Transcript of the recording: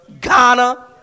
Ghana